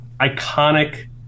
iconic